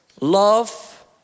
Love